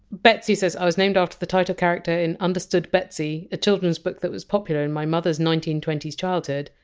betsy says! degi was named after the title character in understood betsy, a children's book that was popular in my mother's nineteen twenty s childhood.